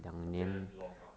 damn long ah